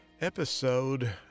episode